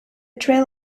trail